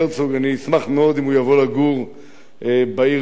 אני אשמח מאוד אם הוא יבוא לגור בעיר בית-אל,